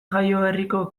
jaioberriko